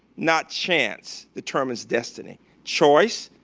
not chance, determines destiny. choice,